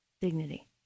dignity